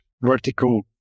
vertical